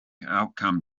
outcome